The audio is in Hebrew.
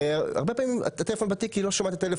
הרבה פעמים הטלפון בתיק והיא לא שומעת אותו,